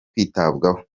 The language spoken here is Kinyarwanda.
kwitabwaho